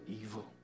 evil